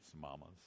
mamas